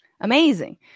Amazing